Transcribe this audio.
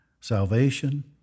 salvation